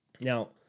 Now